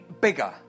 bigger